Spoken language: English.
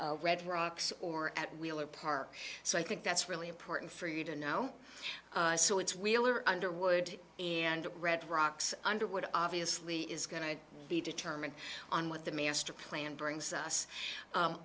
red rocks or at wheeler park so i think that's really important for you to know so it's wheeler underwood and red rocks underwood obviously is going to be determined on what the master plan brings us